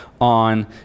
on